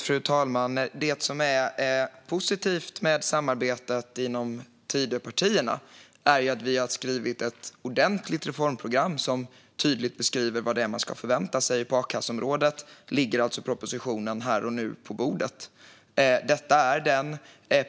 Fru talman! Det som är positivt med samarbetet bland Tidöpartierna är att vi har skrivit ett ordentligt reformprogram som tydligt beskriver vad man ska förvänta sig på a-kasseområdet. Där ligger propositionen på bordet här och nu. Detta är en